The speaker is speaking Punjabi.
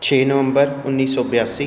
ਛੇ ਨਵੰਬਰ ਉੱਨੀ ਸੌ ਬਿਆਸੀ